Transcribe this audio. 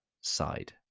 side